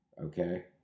okay